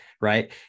right